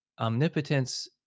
omnipotence